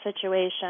situation